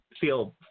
feel